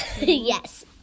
Yes